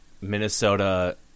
Minnesota